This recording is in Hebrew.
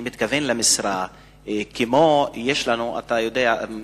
אני מתכוון למשרה כמו שיש לנו, אתה יודע,